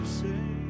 say